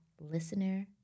listener